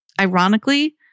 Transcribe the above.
Ironically